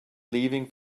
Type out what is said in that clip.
leaving